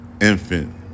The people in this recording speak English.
infant